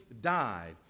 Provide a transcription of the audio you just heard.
died